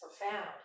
profound